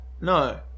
No